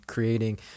creating